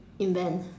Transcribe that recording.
invent